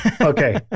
Okay